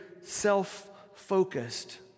self-focused